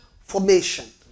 formation